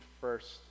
first